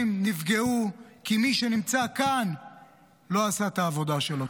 נפגעו כי מי שנמצא כאן לא עשה את העבודה שלו,